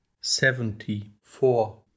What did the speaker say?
Seventy-four